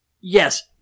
yes